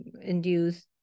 induced